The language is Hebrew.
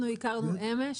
אנחנו הכרנו אמש,